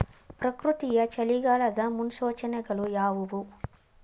ಪ್ರಕೃತಿಯ ಚಳಿಗಾಲದ ಮುನ್ಸೂಚನೆಗಳು ಯಾವುವು?